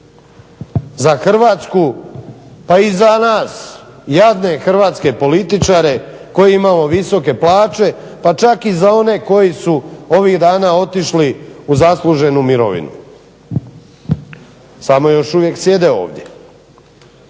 za Hrvatsku pa i za nas jadne hrvatske političare koji imamo visoke plaće pa čak i za one koji su ovih dana otišli u zasluženu mirovinu samo još uvijek sjede ovdje.